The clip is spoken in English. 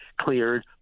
cleared